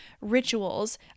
rituals